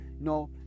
No